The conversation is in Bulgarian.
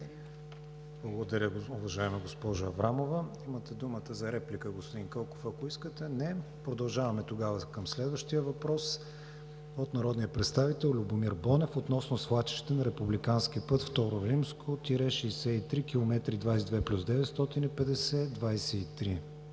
Благодаря, уважаема госпожо Аврамова. Имате думата за реплика, господин Кълков, ако искате? Не. Продължаваме тогава към следващия въпрос от народния представител Любомир Бонев относно свлачище на републикански път ІІ-63 км. 22+950 –